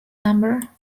number